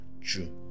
true